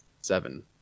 seven